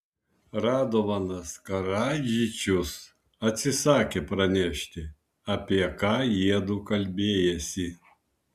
radovanas karadžičius atsisakė pranešti apie ką jiedu kalbėjęsi